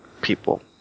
people